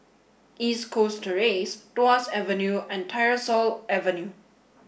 East Coast Terrace Tuas Avenue and Tyersall Avenue